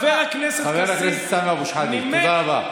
חבר הכנסת סמי אבו שחאדה, תודה רבה.